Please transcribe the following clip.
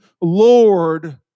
Lord